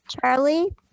Charlie